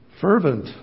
Fervent